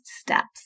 steps